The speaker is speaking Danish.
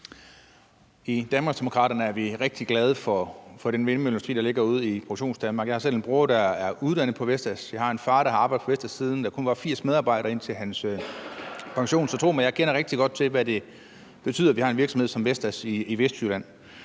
I Danmarksdemokraterne er vi rigtig glade for den vindmølleindustri, der ligger ude i Produktionsdanmark. Jeg har selv en bror, der er uddannet på Vestas, og jeg har en far, der arbejdede på Vestas, siden der kun var 80 medarbejdere, indtil sin pension. Så tro mig, jeg kender rigtig godt til, hvad det betyder, at vi har en virksomhed som Vestas i Vestjylland.